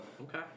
okay